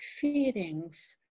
feelings